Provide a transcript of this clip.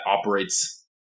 operates